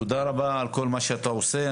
תודה רבה על כל מה שאתה עושה.